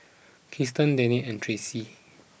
Krysten Denny and Tracy